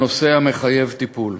לאו דווקא בית-הספר, כנושא המחייב טיפול.